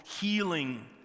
healing